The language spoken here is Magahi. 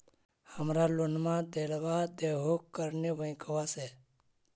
हमरा लोनवा देलवा देहो करने बैंकवा से?